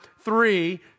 three